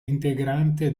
integrante